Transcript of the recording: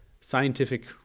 scientific